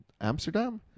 Amsterdam